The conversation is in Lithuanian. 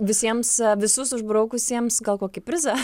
visiems visus išbraukusiems gal kokį prizą